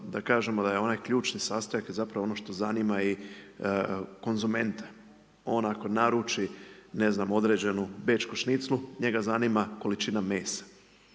da kažemo da je onaj ključni sastojak zapravo ono što zanima i konzumente. On ako naruči, ne znam određenu bečku šniclu, njega zanima količina mesa.